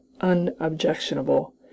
unobjectionable